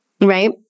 Right